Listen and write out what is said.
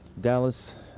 dallas